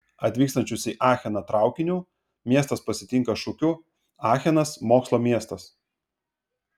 atvykstančius į acheną traukiniu miestas pasitinka šūkiu achenas mokslo miestas